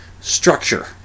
structure